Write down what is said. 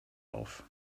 auf